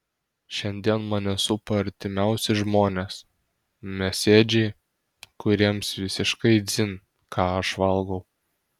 šiandien mane supa artimiausi žmonės mėsėdžiai kuriems visiškai dzin ką aš valgau